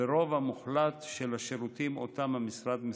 ברוב המוחלט של השירותים שאותם המשרד מספק.